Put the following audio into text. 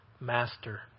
master